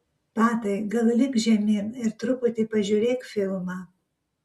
patai gal lipk žemyn ir truputį pažiūrėk filmą